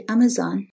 Amazon